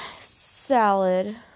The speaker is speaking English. salad